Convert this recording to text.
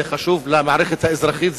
זה חשוב למערכת האזרחית,